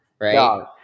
right